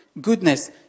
goodness